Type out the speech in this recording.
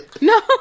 No